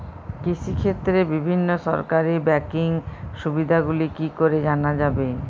কৃষিক্ষেত্রে বিভিন্ন সরকারি ব্যকিং সুবিধাগুলি কি করে জানা যাবে?